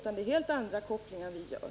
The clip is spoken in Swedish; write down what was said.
Vi gör helt andra kopplingar.